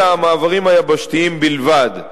אלא המעברים היבשתיים בלבד.